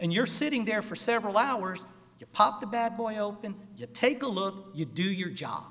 and you're sitting there for several hours you pop the bad boy open you take a look you do your job